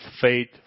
faith